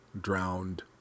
drowned